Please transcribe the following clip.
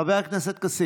חברי הכנסת,